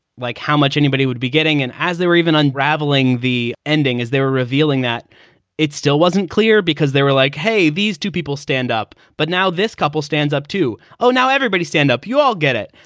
like, how much anybody would be getting. and as they were even unraveling the ending, as they were revealing that it still wasn't clear because they were like hey, these two people stand up. but now this couple stands up to, oh, now everybody stand up. you all get it.